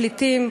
פליטים,